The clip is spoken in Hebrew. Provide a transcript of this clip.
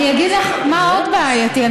אגיד לך מה עוד בעייתי.